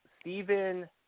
Stephen